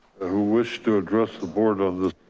who wish to address the board on this?